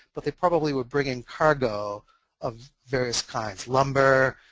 but they probably would bring in cargo of various kinds lumber,